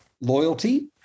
loyalty